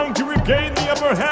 to regain the upper